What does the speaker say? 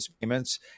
payments